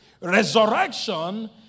Resurrection